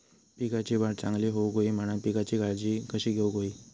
पिकाची वाढ चांगली होऊक होई म्हणान पिकाची काळजी कशी घेऊक होई?